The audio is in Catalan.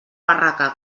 barraca